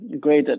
Great